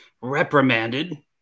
reprimanded